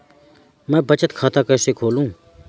मैं बचत खाता कैसे खोलूँ?